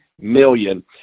million